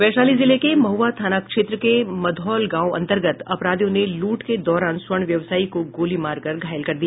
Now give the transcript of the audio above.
वैशाली जिले के महुआ थाना क्षेत्र के मधौल गांव अन्तर्गत अपराधियों ने लूट के दौरान स्वर्ण व्यवसायी को गोली मारकर घायल कर दिया